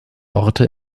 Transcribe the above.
orte